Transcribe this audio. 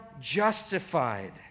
justified